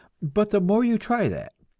but the more you try that,